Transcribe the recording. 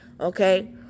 okay